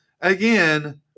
again